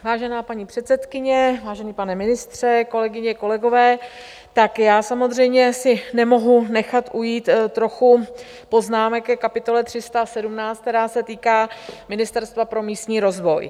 Vážená paní předsedkyně, vážený pane ministře, kolegyně, kolegové, tak já samozřejmě si nemohu nechat ujít trochu poznámek ke kapitole 317, která se týká Ministerstva pro místní rozvoj.